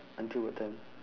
until what time